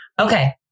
Okay